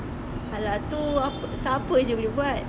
!alah! tu siapa jer boleh buat